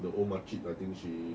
the old makcik I think she